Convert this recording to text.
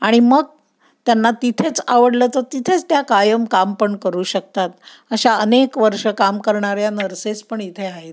आणि मग त्यांना तिथेच आवडलं तर तिथेच त्या कायम काम पण करू शकतात अशा अनेक वर्ष काम करणाऱ्या नर्सेस पण इथे आहेत